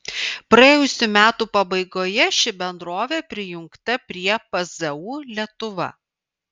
praėjusių metų pabaigoje ši bendrovė prijungta prie pzu lietuva